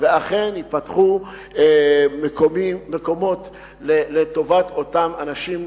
ואכן ייפתחו מקומות לטובת אותם אנשים,